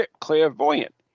clairvoyant